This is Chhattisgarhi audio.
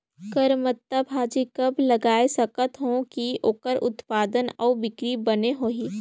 करमत्ता भाजी कब लगाय सकत हो कि ओकर उत्पादन अउ बिक्री बने होही?